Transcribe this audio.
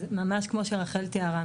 אז ממש כמו שרחל תיארה.